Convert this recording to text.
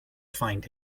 find